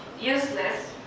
useless